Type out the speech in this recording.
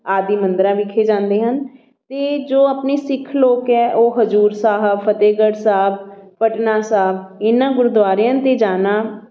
ਆਦਿ ਮੰਦਰਾਂ ਵਿਖੇ ਜਾਂਦੇ ਹਨ ਅਤੇ ਜੋ ਆਪਣੇ ਸਿੱਖ ਲੋਕ ਹੈ ਉਹ ਹਜ਼ੂਰ ਸਾਹਿਬ ਫਤਿਹਗੜ੍ਹ ਸਾਹਿਬ ਪਟਨਾ ਸਾਹਿਬ ਇਹਨਾਂ ਗੁਰਦੁਆਰਿਆਂ 'ਤੇ ਜਾਣਾ